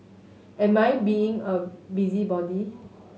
am I being a busybody